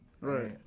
Right